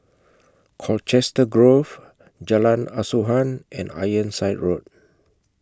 Colchester Grove Jalan Asuhan and Ironside Road